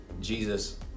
Jesus